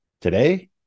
today